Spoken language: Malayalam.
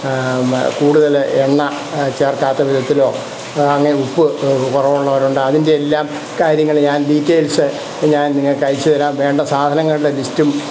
കൂടുതൽ എണ്ണ ചേർക്കാത്ത വിധത്തിലൊ ഉപ്പ് കുറവുള്ളവരുണ്ട് അതിൻ്റെ എല്ലാം കാര്യങ്ങൾ ഞാൻ ഡീറ്റെയിൽസ് ഞാൻ നിങ്ങൾക്കയച്ചു തരാം വേണ്ട സാധനങ്ങളുടെ ലിസ്റ്റും